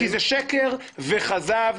כי זה שקר וכזב.